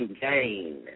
gain